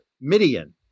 Midian